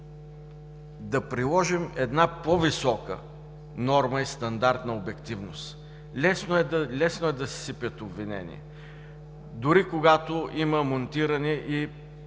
да приложим по-висока норма и стандарт на обективност. Лесно е да се сипят обвинения дори когато има